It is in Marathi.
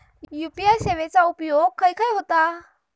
यू.पी.आय सेवेचा उपयोग खाय खाय होता?